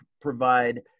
provide